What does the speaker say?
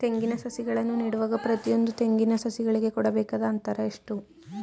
ತೆಂಗಿನ ಸಸಿಗಳನ್ನು ನೆಡುವಾಗ ಪ್ರತಿಯೊಂದು ತೆಂಗಿನ ಸಸಿಗಳಿಗೆ ಕೊಡಬೇಕಾದ ಅಂತರ ಎಷ್ಟು?